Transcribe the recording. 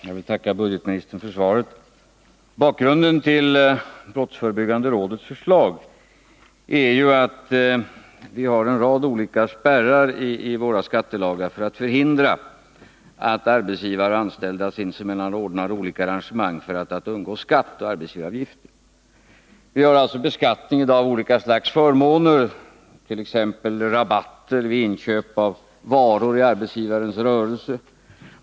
Fru talman! Jag vill tacka budgetministern för svaret. Bakgrunden till brottsförebyggande rådets förslag är ju att vi i våra skattelagar har en rad olika spärrar för att hindra att arbetsgivare och anställda sinsemellan ordnar olika arrangemang för att undgå skatt på arbetsgivaravgifter. Vi har alltså beskattning av olika slags förmåner, t.ex. rabatter vid inköp av varor i arbetsgivarens rörelse.